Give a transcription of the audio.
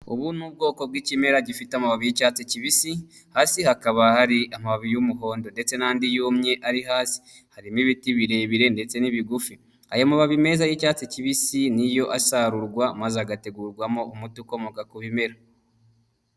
Ubu ni ubwoko bw'ikimera gifite amababi y'icyatsi kibisi hasi hakaba hari amababi y'umuhondo ndetse n'andi yumye ari hasi harimo ibiti birebire ndetse n'ibigufi ayo mababi meza y'icyatsi kibisi niyo asarurwa maze agategurwamo umuti ukomoka ku bimera.